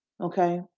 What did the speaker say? Okay